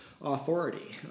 Authority